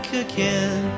again